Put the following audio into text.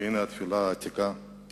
והנה התפילה העתיקה